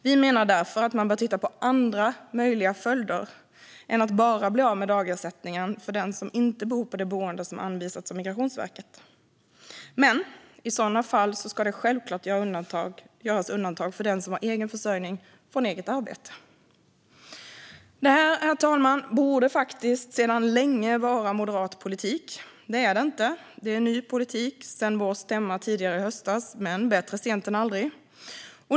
Vi menar därför att man bör titta på andra möjliga följder än att bara dra in dagersättningen för dem som inte bor på det boende som de anvisats av Migrationsverket, men i sådana fall ska självklart göras undantag för den som har egen försörjning från eget arbete. Detta, herr talman, borde faktiskt sedan länge vara moderat politik, men det är det inte. Det är ny politik sedan vår stämma tidigare i höstas - men bättre sent än aldrig.